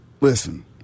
listen